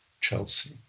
Chelsea